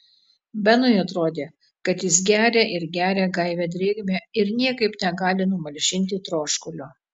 benui atrodė kad jis geria ir geria gaivią drėgmę ir niekaip negali numalšinti troškulio